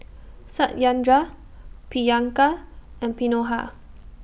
Satyendra Priyanka and